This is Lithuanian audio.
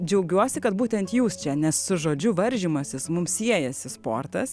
džiaugiuosi kad būtent jūs čia nes su žodžiu varžymasis mum siejasi sportas